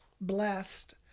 blessed